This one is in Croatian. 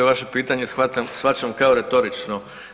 Vaše pitanje shvaćam kao retorično.